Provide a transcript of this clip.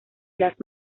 las